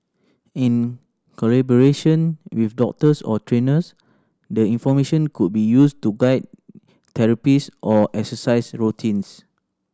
in collaboration with doctors or trainers the information could be used to guide therapies or exercise routines